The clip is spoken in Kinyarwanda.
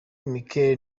metkel